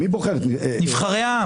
נבחרי העם?